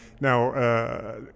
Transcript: Now